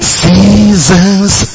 seasons